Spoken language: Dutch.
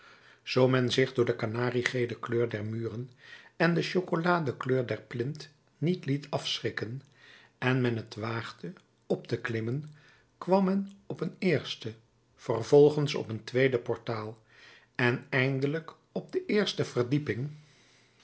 zoo men zich door de kanarie gele kleur der muren en de chocoladekleur der plint niet liet afschrikken en men t waagde op te klimmen kwam men op een eerste vervolgens op een tweede portaal en eindelijk op de eerste verdieping